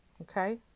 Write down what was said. okay